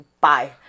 bye